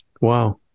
Wow